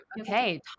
Okay